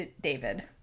David